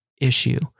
issue